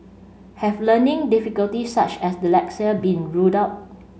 have learning difficulties such as dyslexia been ruled out